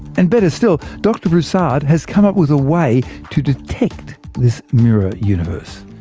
and better still, dr broussard has come up with a way to detect this mirror universe.